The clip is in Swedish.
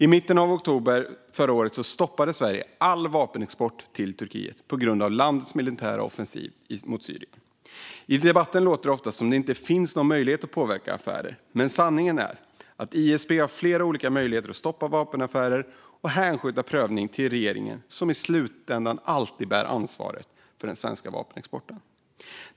I mitten av oktober förra året stoppade Sverige all vapenexport till Turkiet på grund av landets militära offensiv mot Syrien. I debatten låter det ofta som att det inte finns någon möjlighet att påverka affärer, men sanningen är att ISP har flera olika möjligheter att stoppa vapenaffärer och hänskjuta prövningen till regeringen, som i slutändan alltid bär ansvaret för den svenska vapenexporten.